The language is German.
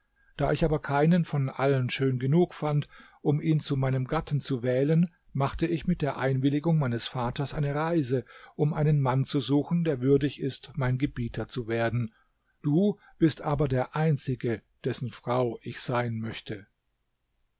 da ich aber keinen von allen schön genug fand um ihn zu meinem gatten zu wählen machte ich mit der einwilligung meines vaters eine reise um einen mann zu suchen der würdig ist mein gebieter zu werden du bist aber der einzige dessen frau ich sein möchte